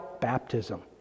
baptism